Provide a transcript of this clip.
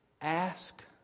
ask